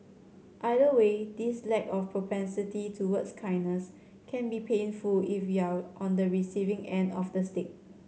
either way this lack of propensity towards kindness can be painful if you're on the receiving end of the stick